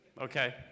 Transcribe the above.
Okay